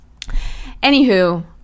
anywho